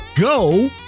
Go